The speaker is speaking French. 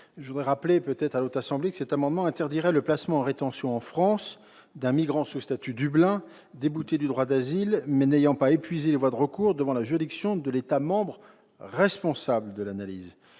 donc défavorable. Je signale à la Haute Assemblée que l'adoption de cet amendement interdirait le placement en rétention en France d'un migrant sous statut Dublin débouté du droit d'asile, mais n'ayant pas épuisé les voies de recours devant la juridiction de l'État membre responsable de l'analyse.